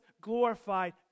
glorified